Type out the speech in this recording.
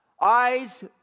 eyes